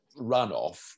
runoff